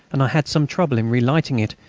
and i had some trouble in relighting it,